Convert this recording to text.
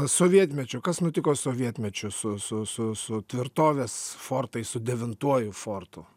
sovietmečiu kas nutiko sovietmečiu su su su su tvirtovės fortais su devintuoju fortu